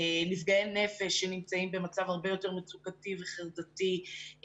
נפגעי נפש שנמצאים במצב הרבה יותר מצוקתי וחרדתי,